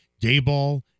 Dayball